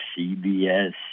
CBS